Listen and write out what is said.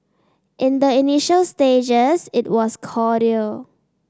in the initial stages it was cordial